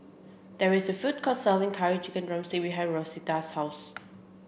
there is a food court selling curry chicken drumstick behind Rosita's house